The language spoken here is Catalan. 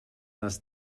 les